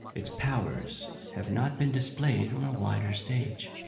its powers have not been displayed on a wider stage.